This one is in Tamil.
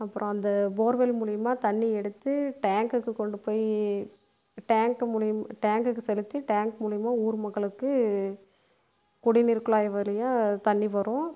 அப்புறம் அந்த போர்வெல் மூலியமாக தண்ணி எடுத்து டேங்குக்கு கொண்டுப் போய் டேங்க்கு மூலியமாக டேங்குக்கு செலுத்தி டேங்க் மூலியமாக ஊர் மக்களுக்கு குடிநீர் குழாய் வழியா தண்ணி வரும்